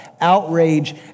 outrage